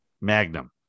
Magnum